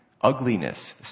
ugliness